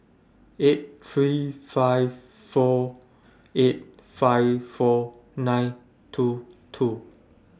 eight three five four eight five four nine two two